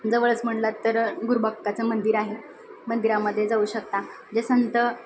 जवळच म्हटला तर गुरबक्काचं मंदिर आहे मंदिरामध्ये जाऊ शकता जे संत